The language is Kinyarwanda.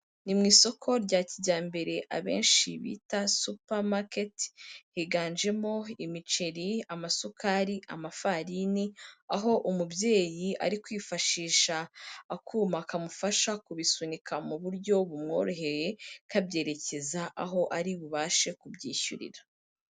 Ni mu isoko rya kijyambere abenshi bita supermarket, higanjemo imiceri, amasukari, amafarini, aho umubyeyi ari kwifashisha akuma kamufasha kubisunika mu buryo bumworoheye, kabyerekeza aho ari bubashe kubyishyurira.